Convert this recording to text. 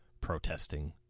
protesting